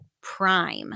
prime